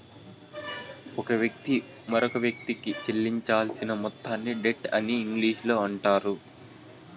ఒక వ్యక్తి మరొకవ్యక్తికి చెల్లించాల్సిన మొత్తాన్ని డెట్ అని ఇంగ్లీషులో అంటారు